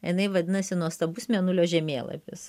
jinai vadinasi nuostabus mėnulio žemėlapis